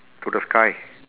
to the sky